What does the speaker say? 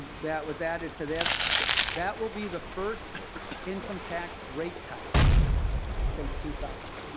that was added to this that will be the first income tax rate cut since two thousand.